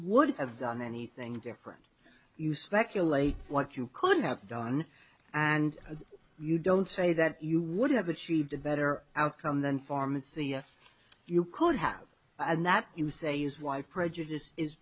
would have done anything different you speculate what you could have done and you don't say that you would have achieved a better outcome then pharmacy yes you could have and that you say is why prejudice is